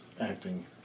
acting